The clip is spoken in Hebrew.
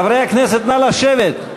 חברי הכנסת, נא לשבת.